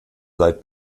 seit